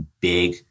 big